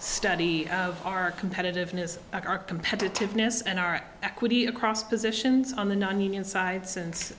study of our competitiveness our competitiveness and our equity across positions on the nonunion side since